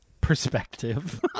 perspective